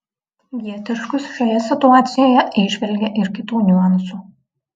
g tiškus šioje situacijoje įžvelgė ir kitų niuansų